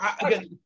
Again